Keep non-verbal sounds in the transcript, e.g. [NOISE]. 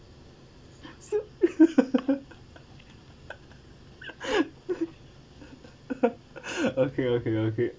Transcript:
[LAUGHS] okay okay okay